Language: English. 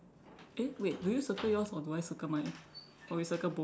eh wait do you circle yours or do I circle mine or we circle both